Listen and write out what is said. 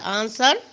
answer